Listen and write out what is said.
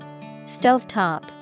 Stovetop